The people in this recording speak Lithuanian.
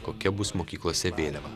kokia bus mokyklose vėliava